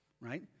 right